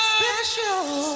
special